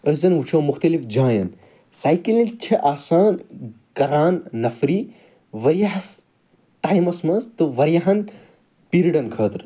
أسۍ زن وُچھو مختلف جایَن سایکٕلِنٛگ چھِ آسان کَران نَفری واریاہَس ٹایمَس مَنٛز تہٕ واریاہَن پیٖریٚڈَن خٲطرٕ